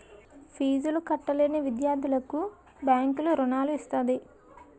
ఫీజులు కట్టలేని విద్యార్థులకు బ్యాంకు రుణాలు ఇస్తది